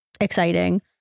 exciting